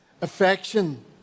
affection